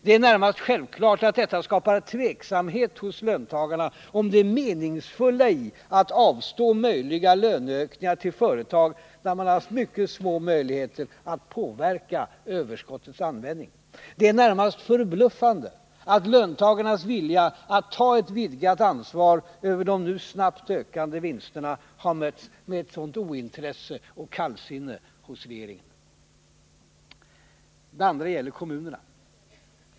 Det är närmast självklart att detta skapar tvivel hos löntagarna om det meningsfulla i att avstå möjliga löneökningar till företag där man har mycket små möjligheter att påverka överskottets användning. Det är närmast förbluffande att löntagarnas vilja att ta ett vidgat ansvar över de nu snabbt ökande vinsterna har mötts med ett sådant ointresse och kallsinne av regeringen. Det andra gäller kommunerna.